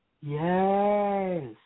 Yes